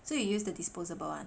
so you use the disposable [one]